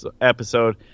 episode